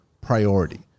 priority